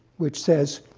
which says,